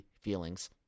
feelings